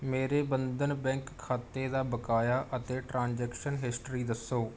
ਮੇਰੇ ਬੰਧਨ ਬੈਂਕ ਖਾਤੇ ਦਾ ਬਕਾਇਆ ਅਤੇ ਟ੍ਰਾਂਜੈਕਸ਼ਨ ਹਿਸਟਰੀ ਦੱਸੋ